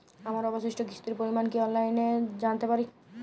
আমার অবশিষ্ট কিস্তির পরিমাণ কি অফলাইনে জানতে পারি?